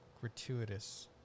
gratuitous